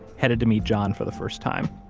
headed to meet john for the first time.